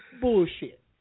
Bullshit